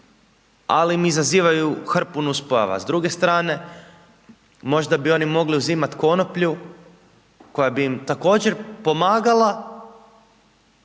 ali im izazivaju hrpu nuspojava. S druge strane, možda bi oni mogli uzimati konoplju, koja bi im također pomagala